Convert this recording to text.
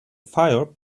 fire